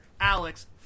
Alex